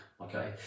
okay